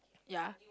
yea